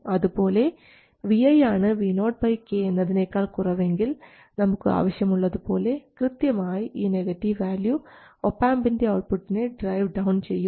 അതുപോലെ Vi ആണ് Vo k എന്നതിനേക്കാൾ കുറവെങ്കിൽ നമുക്ക് ആവശ്യം ഉള്ളതുപോലെ കൃത്യമായി ഈ നെഗറ്റീവ് വാല്യൂ ഒപാംപിൻറെ ഔട്ട്പുട്ടിനെ ഡ്രൈവ് ഡൌൺ ചെയ്യും